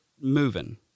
moving